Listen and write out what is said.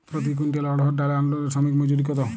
প্রতি কুইন্টল অড়হর ডাল আনলোডে শ্রমিক মজুরি কত?